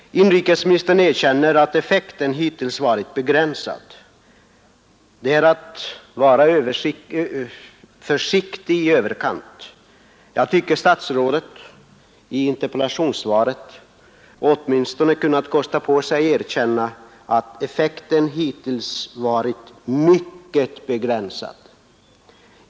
Inrikesministern erkänner att effekten hittills varit begränsad. Det är att vara försiktig i överkant. Jag tycker att statsrådet i interpellationssvaret åtminstone kunnat kosta på sig att erkänna att effekten hittills varit mycket begränsad.